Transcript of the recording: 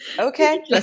okay